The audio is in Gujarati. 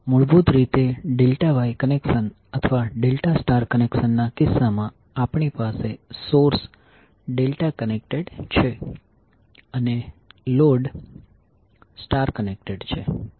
તેથી મૂળભૂત રીતે ડેલ્ટા વાય કનેક્શન અથવા ડેલ્ટા સ્ટાર કનેક્શનના કિસ્સામાં આપણી પાસે સોર્સ ડેલ્ટા કનેક્ટેડ છે અને લોડ સ્ટાર કનેક્ટેડ છે